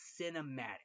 cinematic